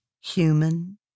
human